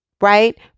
Right